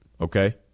Okay